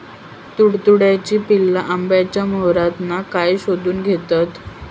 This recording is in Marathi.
तुडतुड्याची पिल्ला आंब्याच्या मोहरातना काय शोशून घेतत?